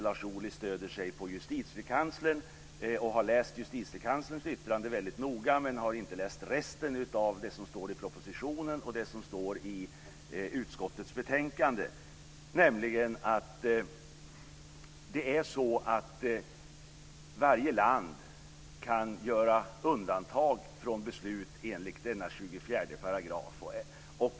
Lars Ohly stöder sig där på justitiekanslern och har läst justitiekanslerns yttrande väldigt noga. Men han har inte läst resten av det som står i propositionen och i utskottets betänkande. Varje land kan göra undantag från beslut enligt 24 §.